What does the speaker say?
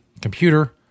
computer